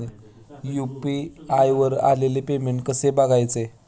UPI वर आलेले payment कसे बघायचे?